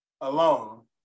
alone